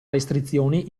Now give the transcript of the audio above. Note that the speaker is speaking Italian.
restrizioni